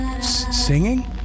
singing